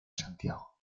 santiago